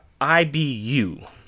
IBU